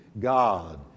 God